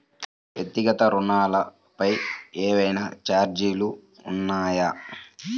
వ్యక్తిగత ఋణాలపై ఏవైనా ఛార్జీలు ఉన్నాయా?